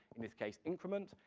in this case, increment,